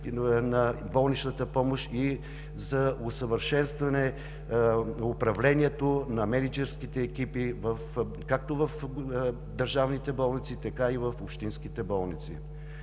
на болничната помощ и за усъвършенстване управлението на мениджърските екипи както в държавните, така и в общинските болници.